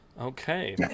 Okay